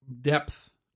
depth